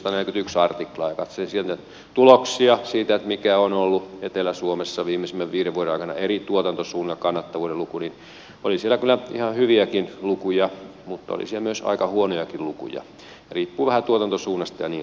katselin siellä tuloksia siitä mikä on ollut etelä suomessa viimeisimmän viiden vuoden aikana eri tuotantosuuntien kannattavuuden luku niin oli siellä kyllä ihan hyviäkin lukuja mutta oli siellä myös aika huonojakin lukuja riippuu vähän tuotantosuunnasta ja niin edelleen